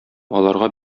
аларга